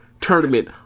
tournament